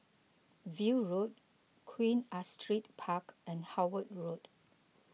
View Road Queen Astrid Park and Howard Road